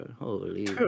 Holy